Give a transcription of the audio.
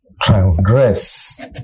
transgress